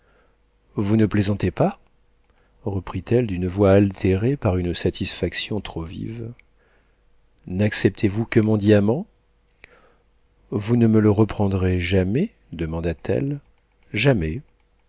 vous ne plaisantez pas reprit-elle d'une voix altérée par une satisfaction trop vive nacceptez vous que mon diamant vous ne me le reprendrez jamais demanda-t-elle jamais